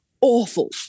awful